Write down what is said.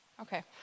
Okay